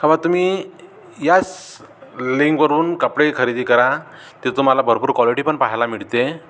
का बा तुम्ही याच लिंकवरून कपडे खरेदी करा ते तुम्हाला भरपूर क्वाॅलिटी पण पाहायला मिळते